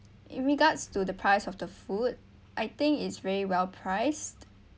in regards to the price of the food I think it's very well priced